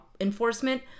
enforcement